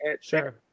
Sure